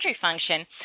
function